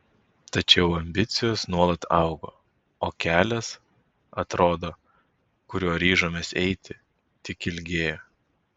tačiau ambicijos nuolat augo o kelias atrodo kuriuo ryžomės eiti tik ilgėjo